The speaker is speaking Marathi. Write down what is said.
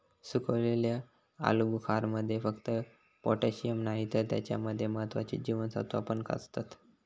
सुखवलेल्या आलुबुखारमध्ये फक्त पोटॅशिअम नाही तर त्याच्या मध्ये महत्त्वाची जीवनसत्त्वा पण असतत